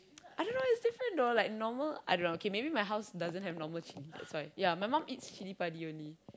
I don't know it's different though like normal I don't know okay maybe my house doesn't have normal chilli that's why ya my mum eats chilli-padi only